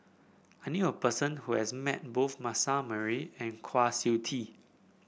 I knew a person who has met both Manasseh Meyer and Kwa Siew Tee